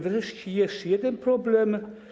Wreszcie jeszcze jeden problem.